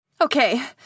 Okay